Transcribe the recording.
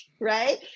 right